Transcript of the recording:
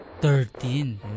Thirteen